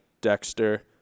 Dexter